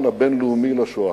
הזיכרון הבין-לאומי לשואה.